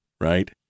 Right